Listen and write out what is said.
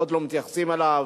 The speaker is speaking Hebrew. או לא מתייחסים אליו,